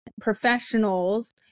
professionals